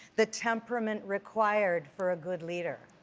the temperament required for a good leader.